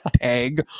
tag